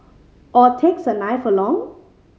or takes a knife along